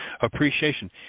Appreciation